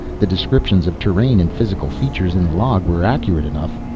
the descriptions of terrain and physical features in the log were accurate enough.